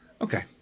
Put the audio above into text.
Okay